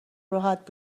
راحت